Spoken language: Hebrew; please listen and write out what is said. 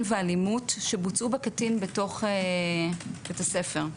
ואלימות שבוצעו בקטין בתוך בית הספר.